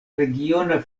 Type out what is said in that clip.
regiona